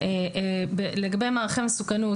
לגבי מעריכי מסוכנות.